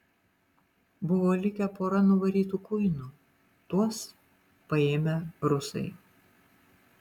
buvo likę pora nuvarytų kuinų tuos paėmę rusai